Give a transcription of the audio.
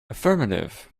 affirmative